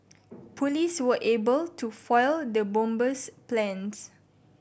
police were able to foil the bomber's plans